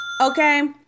Okay